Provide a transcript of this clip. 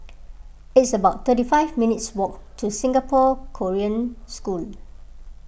it's about thirty five minutes' walk to Singapore Korean School